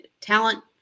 talent